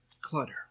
Clutter